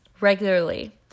regularly